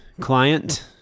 client